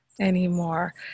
Anymore